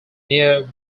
near